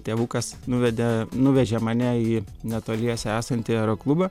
tėvukas nuvedė nuvežė mane į netoliese esantį aeroklubą